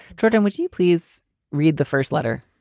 jordan, would you please read the first letter?